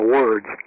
words